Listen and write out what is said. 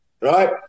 right